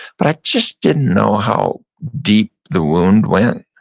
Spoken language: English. but i just didn't know how deep the wound went.